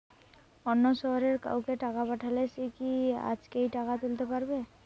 অন্য শহরের কাউকে টাকা পাঠালে সে কি আজকেই টাকা তুলতে পারবে?